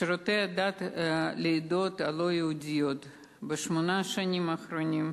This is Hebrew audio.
שירותי הדת לעדות הלא-יהודיות בשמונה השנים האחרונות,